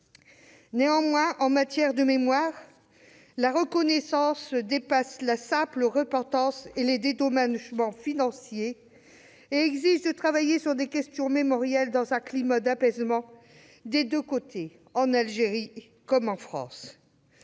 Néanmoins, en matière de mémoire, la reconnaissance ne saurait se réduire à la simple repentance et dépasse les dédommagements financiers ; elle exige de travailler sur les questions mémorielles dans un climat d'apaisement, de chaque côté, en Algérie comme en France.